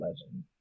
legend